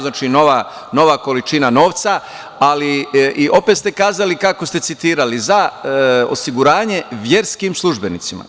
Znači, nova količina novca, ali opet ste kazali kako ste citirali – za osiguranje verskim službenicima.